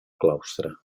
claustre